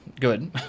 good